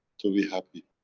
to be happy?